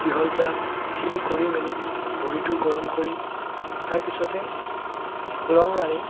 দীঘল জাঁপ এইখিনি কৰি মেলি ভৰিটো গৰম কৰি তাৰ পিছতে লং ৰাণিং